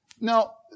Now